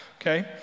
okay